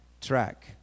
track